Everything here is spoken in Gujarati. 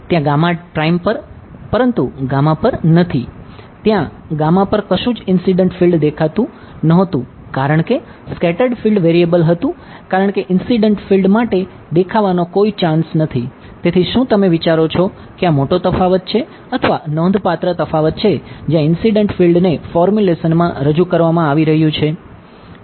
ત્યાં પર પરંતુ પર નથી ત્યાં પર કશું જ ઇન્સીડંટ ફિલ્ડ માં રજૂ કરવામાં આવી રહ્યું છે